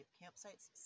campsites